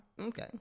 Okay